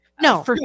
No